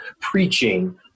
preaching